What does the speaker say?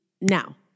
now